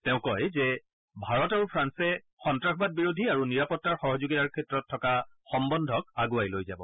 তেওঁ কয় যে ভাৰত আৰু ফ্ৰান্সে সন্নাসবাদবিৰোধী আৰু নিৰাপত্তাৰ সহযোগিতাৰ ক্ষেত্ৰত থকা সম্বন্ধক আগুৱাই লৈ যাব